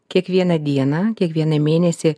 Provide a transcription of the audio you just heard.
kiekvieną dieną kiekvieną mėnesį